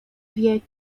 wieki